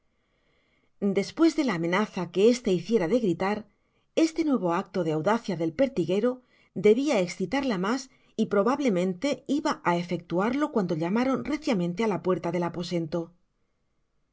despues de la amenaza que ésta hiciera de gritar este nuevo acto de audacia del pertiguero debia escitarla mas y probablemente iba á efectuarlo cuando llamaron reciamente á la puerta del aposento